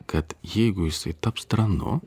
kad jeigu jisai taps tranu